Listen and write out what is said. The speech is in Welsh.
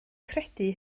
credu